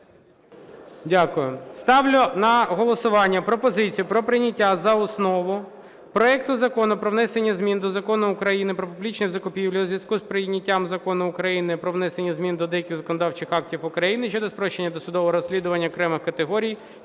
Дякую. Ставлю на голосування пропозицію про прийняття за основу проекту Закону про внесення змін до Закону України "Про публічні закупівлі" у зв'язку з прийняттям Закону України "Про внесення змін до деяких законодавчих актів України щодо спрощення досудового розслідування окремих категорій